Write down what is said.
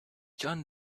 john